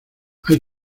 hay